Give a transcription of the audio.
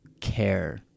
care